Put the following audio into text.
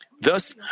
Thus